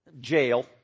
jail